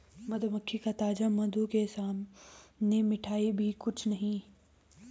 मधुमक्खी का ताजा मधु के सामने मिठाई भी कुछ नहीं